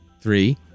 Three